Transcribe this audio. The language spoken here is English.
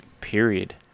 period